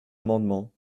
amendement